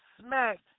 smacked